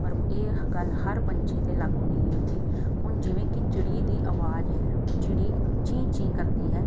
ਪਰ ਇਹ ਗੱਲ ਹਰ ਪੰਛੀ 'ਤੇ ਲਾਗੂ ਨਹੀਂ ਹੁੰਦੀ ਹੁਣ ਜਿਵੇਂ ਕਿ ਚਿੜੀ ਦੀ ਅਵਾਜ਼ ਹੈ ਉਹ ਚਿੜੀ ਚੀਂ ਚੀਂ ਕਰਦੀ ਹੈ